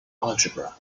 algebra